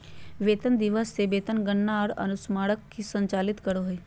वेतन दिवस ले वेतन गणना आर अनुस्मारक भी स्वचालित करो हइ